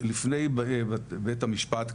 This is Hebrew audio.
לפני בית המשפט,